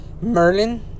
Merlin